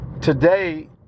today